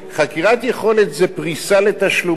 חקירת יכולת זה פריסה לתשלומים.